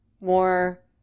more